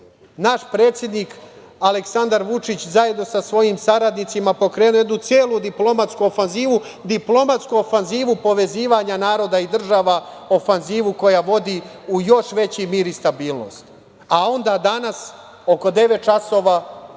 Naš predsednik Aleksandar Vučić zajedno sa svojim saradnicima pokrenuo je jednu celu diplomatsku ofanzivu, diplomatsku ofanzivu povezivanja naroda i država, ofanzivu koja vodi u još veći mir i stabilnost. Onda danas oko 9.00 časova, imali